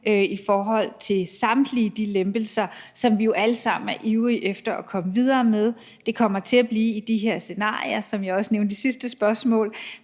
i forhold til samtlige de lempelser, som vi jo alle sammen er ivrige efter at komme videre med. Det kommer til at blive i de her scenarier, som jeg også nævnte i sidste spørgsmål,